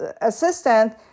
assistant